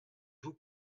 vous